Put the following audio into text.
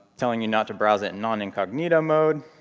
telling you not to browse in non-incognito mode.